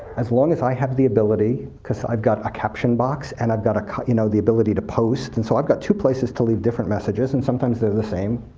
as long as i have the ability because i've got a caption box, and i've got got you know the ability to post, and so i've got two places to leave different messages, and sometimes they're the same,